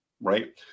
right